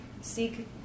seek